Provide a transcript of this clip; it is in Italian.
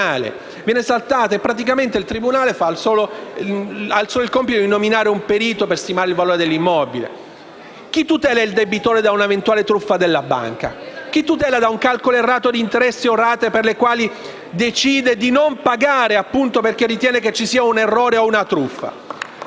al tribunale, che ha così il solo compito di nominare un perito per stimare il valore dell'immobile. Chi tutela il debitore da un'eventuale truffa della banca? Chi lo tutela da un calcolo errato di interessi o rate laddove decide di non pagare perché, appunto, ritiene che ci sia un errore o una truffa?